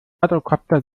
quadrokopter